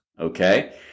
Okay